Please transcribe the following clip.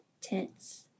tense